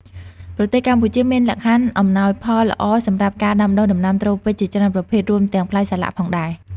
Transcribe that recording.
ប្រទេសកម្ពុជាមានលក្ខខណ្ឌអំណោយផលល្អសម្រាប់ការដាំដុះដំណាំត្រូពិចជាច្រើនប្រភេទ រួមទាំងផ្លែសាឡាក់ផងដែរ។